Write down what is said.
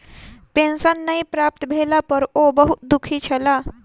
pension नै प्राप्त भेला पर ओ बहुत दुःखी छला